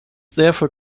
therefore